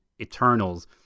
Eternals